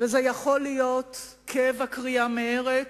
זה יכול להיות כאב הקריעה מארץ,